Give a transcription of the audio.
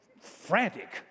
frantic